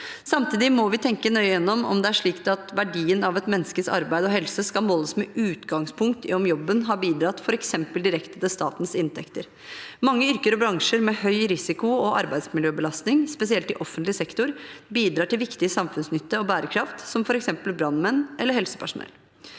Samtidig må vi tenke nøye gjennom om det er slik at verdien av et menneskes arbeid og helse skal måles med utgangspunkt i at jobben f.eks. har bidratt direkte til statens inntekter. Mange yrker og bransjer med høy risiko og arbeidsmiljøbelastning, spesielt i offentlig sektor, bidrar til viktig samfunnsnytte og bærekraft, som f.eks. brannmenn eller helsepersonell.